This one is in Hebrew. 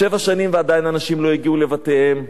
שבע שנים ועדיין אנשים לא הגיעו לבתיהם,